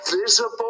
visible